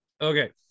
okay